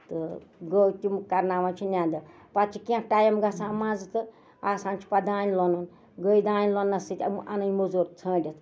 تہٕ گوٚو تِم کرناوان چھِ نیندٕ پَتہٕ چھِ پَتہٕ چھ کیٚنہہ ٹایم گژھان منٛزٕ تہٕ آسان چھُ پَتہٕ دانہِ لونُن گے دانہِ لوننَس سۭتۍ اَنٕنۍ موزوٗر ژھٲنڈِتھ